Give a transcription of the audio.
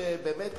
באמת,